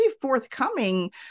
forthcoming